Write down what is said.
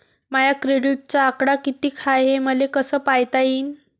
माया क्रेडिटचा आकडा कितीक हाय हे मले कस पायता येईन?